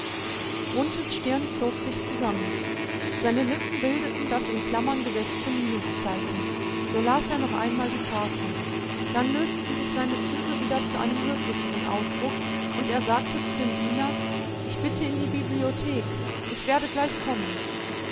grunthes stirn zog sich zusammen seine lippen bildeten das in klammern gesetzte minuszeichen so las er noch einmal die karte dann lösten sich seine züge wieder zu einem höflicheren ausdruck und er sagte zu dem diener ich bitte in die bibliothek ich werde gleich kommen